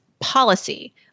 policy